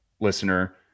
listener